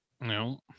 No